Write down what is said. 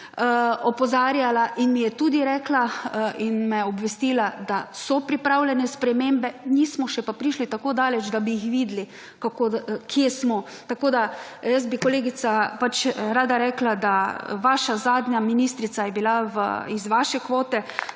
opozarjala in mi je tudi rekla in me je obvestila, da so pripravljene spremembe, nismo pa še prišli tako daleč, da bi jih videli kje smo. Tako, da jaz bi kolegica rada rekla, da vaša zadnja ministrica je bila iz kvote,